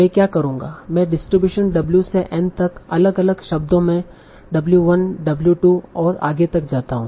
मैं क्या करूंगा मैं डिस्ट्रीब्यूशन w से n तक अलग अलग शब्दों में w1 w2 और आगे तक जाता हु